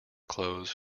clothes